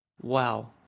Wow